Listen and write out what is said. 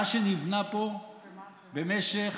מה שנבנה פה במשך